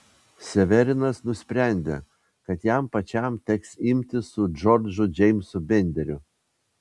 severinas nusprendė kad jam pačiam teks imtis su džordžu džeimsu benderiu